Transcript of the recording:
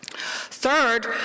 Third